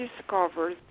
discovered